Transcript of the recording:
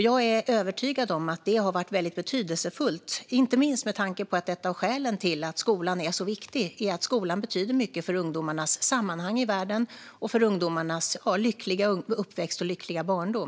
Jag är övertygad om att det har varit väldigt betydelsefullt, inte minst med tanke på att ett av skälen till att skolan är så viktig är att den betyder mycket för ungdomarnas sammanhang i världen och för ungdomarnas lyckliga uppväxt och lyckliga barndom.